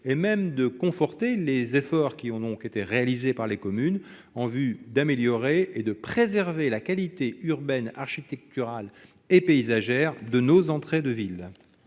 et même à conforter, les efforts réalisés par les communes en vue d'améliorer et de préserver la qualité urbaine, architecturale et paysagère de nos entrées de villes.